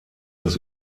das